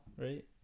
right